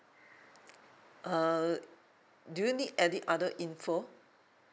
uh do you need any other info